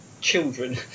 children